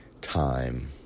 time